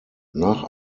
nach